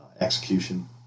Execution